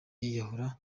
yiyahura